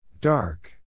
Dark